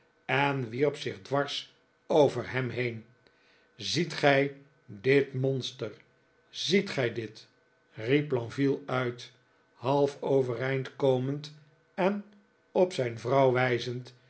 en wierp zich dwars over hem heen ziet gij dit monster ziet gij dit riep lenville uit half overeind komend en op zijn vrouw wijzend